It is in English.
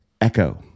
echo